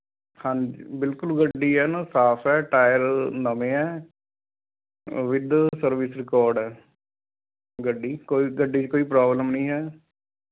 ਹਾਂਜੀ ਬਿਲਕੁੱਲ ਗੱਡੀ ਐਂਨ ਸਾਫ਼ ਹੈ ਟਾਇਰ ਨਵੇਂ ਹੈ ਵਿੱਦ ਸਰਵਿਸ ਰਿਕਾਰਡ ਹੈ ਗੱਡੀ ਕੋਈ ਗੱਡੀ 'ਚੋ ਕੋਈ ਪ੍ਰੋਬਲਮ ਨਹੀਂ ਹੈ